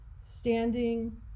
standing